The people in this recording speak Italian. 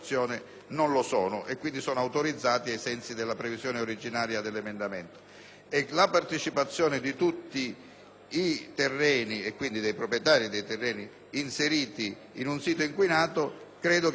La partecipazione di tutti i terreni e, quindi, dei proprietari dei terreni inseriti in un sito inquinato ritengo risponda anche ad un interesse generale: